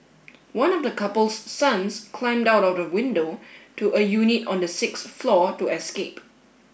one of the couple's sons climbed out of the window to a unit on the sixth floor to escape